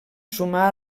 sumar